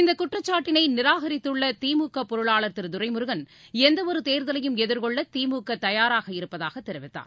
இந்தகுற்றச்சாட்டினைநிராகரித்துள்ளதிமுகபொருளாளர் திருதுரைமுருகன் எந்தவொருதேர்தலையும் எதிர்கொள்ளதிமுகதயாராக இருப்பதாகதெரிவித்தார்